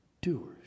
doers